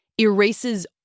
erases